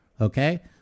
okay